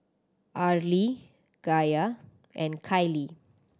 Arlie Gaye and Kylie